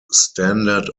standard